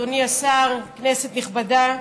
אדוני השר, כנסת נכבדה,